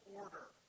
order